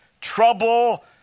trouble